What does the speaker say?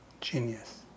Genius